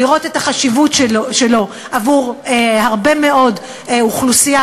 לראות את החשיבות שלו עבור הרבה מאוד מהאוכלוסייה